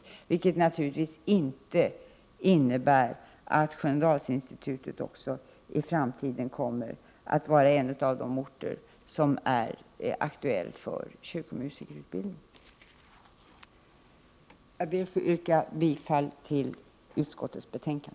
Det innebär naturligtvis inte att Sköndalsinstitutet även i framtiden kommer att vara en av de orter som inte är aktuell för kyrkomusikerutbildning. Jag ber att få yrka bifall till utskottets hemställan.